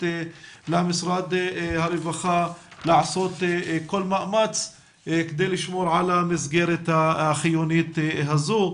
למשרד הרווחה לעשות כל מאמץ כדי לשמור על המסגרת החיונית הזו.